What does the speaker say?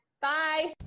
Bye